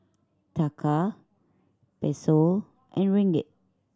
Taka Peso and Ringgit